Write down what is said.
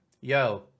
yo